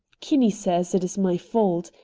kinney says it is my fault.